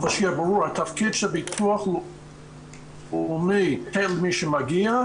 אבל שיהיה ברור שתפקיד הביטוח הלאומי לתת מה שמגיע,